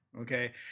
Okay